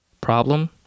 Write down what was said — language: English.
Problem